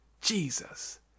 Jesus